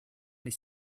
les